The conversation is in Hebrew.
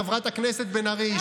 חברת הכנסת בן ארי,